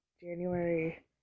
January